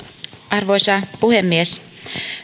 arvoisa puhemies